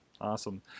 awesome